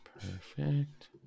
Perfect